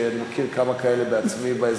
ואני מכיר כמה כאלה בעצמי באזור.